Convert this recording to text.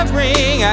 ring